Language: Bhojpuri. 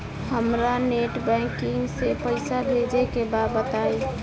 हमरा नेट बैंकिंग से पईसा भेजे के बा बताई?